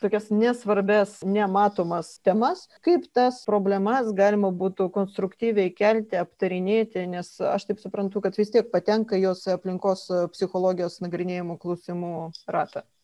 tokias nesvarbias nematomas temas kaip tas problemas galima būtų konstruktyviai kelti aptarinėti nes aš taip suprantu kad vis tiek patenka jos aplinkos psichologijos nagrinėjamų klausimų ratą